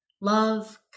love